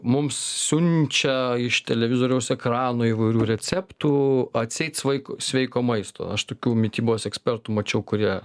mums siunčia iš televizoriaus ekrano įvairių receptų atseit sveiko maisto aš tokių mitybos ekspertų mačiau kurie